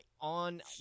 on